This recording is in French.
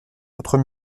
autres